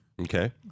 Okay